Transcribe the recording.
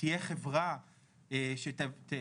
תהיה חברה שתפעל,